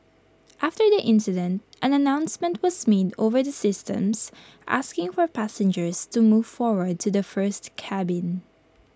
after the incident an announcement was made over the systems asking for passengers to move forward to the first cabin